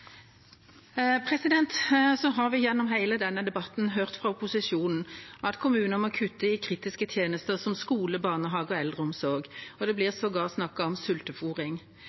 Gjennom hele denne debatten har vi hørt fra opposisjonen at kommuner må kutte i kritiske tjenester som skole, barnehage og eldreomsorg – ja, det blir sågar snakket om